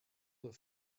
that